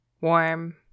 warm